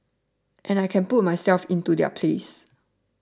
and I can put myself into their place